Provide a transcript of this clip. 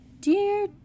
Dear